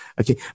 Okay